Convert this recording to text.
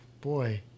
boy